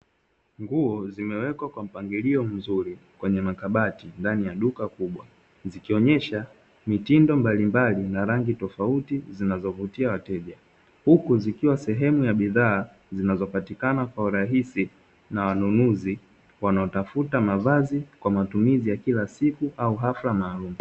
Nguzo zimewekwa kwenye mpangilio mzuri kwenye makabati ndani ya duka kubwa. Zikionesha mitindo mbalimbali na rangi tofauti zinazovutia wateja, huku zikiwa sehemu ya bidhaa zinazopatikana kwa urahisi na wanunuzi wanaotafuta mavazi kwa matumizi ya kila siku au hafla maalumu.